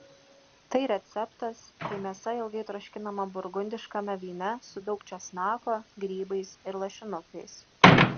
tai receptas kai mėsa ilgai troškinama burgundiškame vyne su daug česnako grybais ir lašinukais